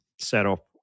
setup